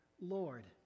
Lord